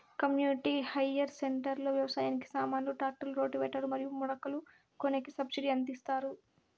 community hire centre లో వ్యవసాయానికి సామాన్లు ట్రాక్టర్లు రోటివేటర్ లు మరియు మడకలు కొనేకి సబ్సిడి ఎంత ఇస్తారు